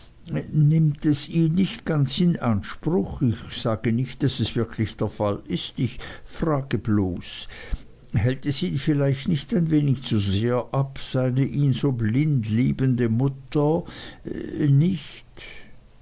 nimmt es ihn nicht ganz in anspruch ich sage nicht daß es wirklich der fall ist ich frage bloß hält es ihn vielleicht nicht ein wenig zu sehr ab seine ihn so blind liebende mutter nicht